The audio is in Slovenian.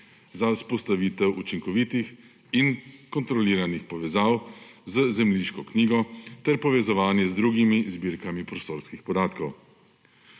za vzpostavitev učinkovitih in kontroliranih povezav z zemljiško knjigo ter za povezovanje z drugimi zbirkami prostorskih podatkov.